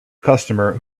customer